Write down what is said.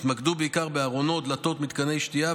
התמקדו בעיקר בארונות, דלתות, מתקני שתייה.